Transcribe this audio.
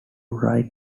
write